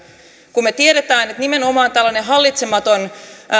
kun me tiedämme että nimenomaan tällainen hallitsematon